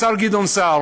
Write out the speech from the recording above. השר גדעון סער